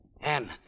Anne